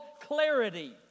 clarity